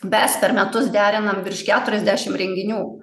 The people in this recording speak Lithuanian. mes per metus derinam virš keturiasdešim renginių